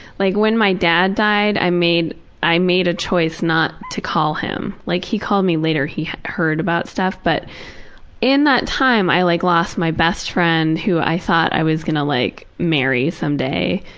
like when my dad died, i made a made a choice not to call him. like he called me later, he had heard about stuff, but in that time, i like lost my best friend who i thought i was gonna like marry some day,